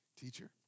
teacher